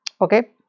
okay